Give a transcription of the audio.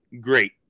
great